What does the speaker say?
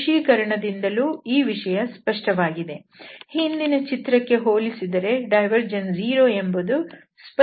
ದೃಶ್ಯೀಕರಣದಿಂದಲೂ ಈ ವಿಷಯ ಸ್ಪಷ್ಟವಾಗಿದೆ ಹಿಂದಿನ ಚಿತ್ರಕ್ಕೆ ಹೋಲಿಸಿದರೆ ಡೈವರ್ಜೆನ್ಸ್ 0 ಎನ್ನುವುದು ಸ್ಪಷ್ಟವಾಗಿ ಕಾಣುತ್ತದೆ